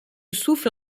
souffle